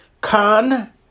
Con-